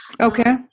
Okay